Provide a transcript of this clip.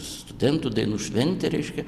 studentų dainų šventė reiškia